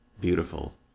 beautiful